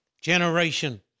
generation